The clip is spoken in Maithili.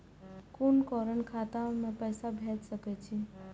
कुन कोण खाता में पैसा भेज सके छी?